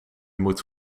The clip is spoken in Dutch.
moet